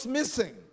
missing